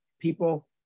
people